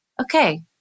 okay